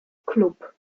club